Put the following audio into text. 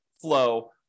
flow